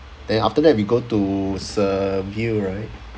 then after that we go to seville right